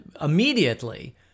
immediately